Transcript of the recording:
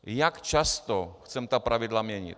... jak často chceme ta pravidla měnit.